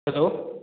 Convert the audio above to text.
hello